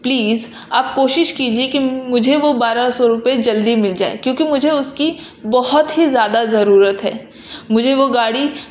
please آپ کوشش کیجیے کہ مجھے وہ بارہ سو روپئے جلدی مل جائے کیونکہ مجھے اس کی بہت ہی زیادہ ضرورت ہے مجھے وہ گاڑی